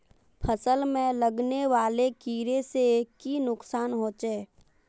फसल में लगने वाले कीड़े से की नुकसान होचे?